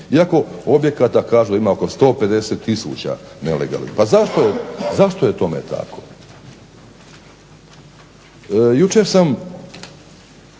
iako objekata ima oko 150 tisuća nelegalnih. Pa zašto je tome tako? Jučer sam